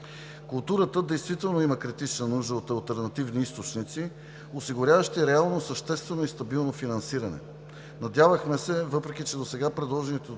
Културата действително има критична нужда от алтернативни източници, осигуряващи реално, съществено и стабилно финансиране. Надявахме се, въпреки че досега предложените от